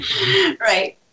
Right